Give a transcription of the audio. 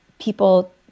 people